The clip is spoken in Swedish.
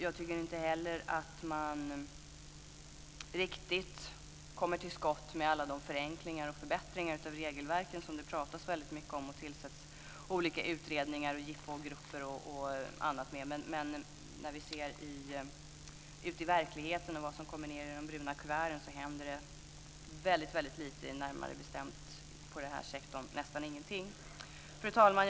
Jag tycker inte heller att man riktigt kommer till skott med alla de förenklingar och förbättringar av regelverken som det talas väldigt mycket om. Man tillsätter ju olika utredningar och jippogrupper i detta sammanhang. Men när vi ser på verkligheten och vad som kommer ned i de bruna kuverten så händer det väldigt lite, och närmare bestämt nästan ingenting, i denna sektor. Fru talman!